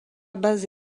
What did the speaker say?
base